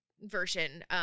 version